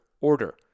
order